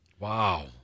Wow